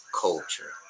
culture